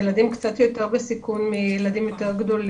משרד הבריאות לעומת זאת אוסף נתונים כלל